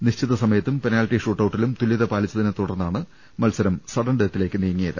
നിശ്ചിത സമയത്തും പെനൽട്ടി ഷൂട്ടൌട്ടിലും തുല്യത പാലിച്ചതിനെ തുടർന്നാണ് മത്സരം സഡൻഡെത്തിലേക്ക് നീങ്ങിയത്